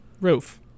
Roof